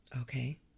Okay